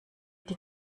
die